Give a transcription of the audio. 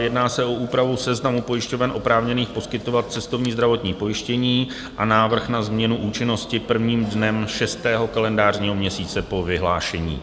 Jedná se o úpravu seznamu pojišťoven oprávněných poskytovat cestovní zdravotní pojištění a návrh na změnu účinnosti prvním dnem šestého kalendářního měsíce po vyhlášení.